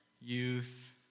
youth